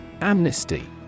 Amnesty